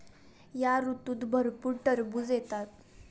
या ऋतूत भरपूर टरबूज येतात